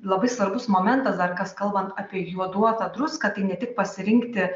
labai svarbus momentas dar kas kalbant apie juoduotą druską tai ne tik pasirinkti